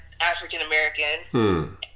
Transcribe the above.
African-American